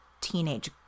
teenage